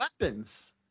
weapons